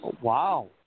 Wow